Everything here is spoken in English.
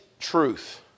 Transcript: truth